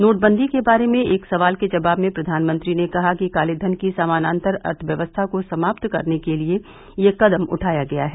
नोटबंदी के बारे में एक सवाल के जवाब में प्रधानमंत्री ने कहा कि कालेधन की समान्तर अर्थव्यवस्था को समाप्त करने के लिए यह कदम उठाया गया है